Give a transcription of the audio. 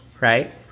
right